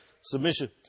submission